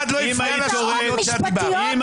אף אחד לא הפריע לך כשאת דיברת.